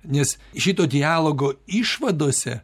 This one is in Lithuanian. nes šito dialogo išvadose